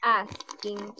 asking